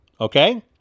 okay